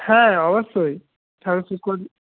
হ্যাঁ অবশ্যই